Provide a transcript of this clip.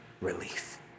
relief